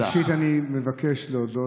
שולחים אדם